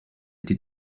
did